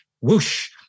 whoosh